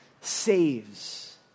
saves